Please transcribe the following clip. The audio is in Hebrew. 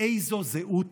איזו זהות